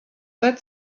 that